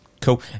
cool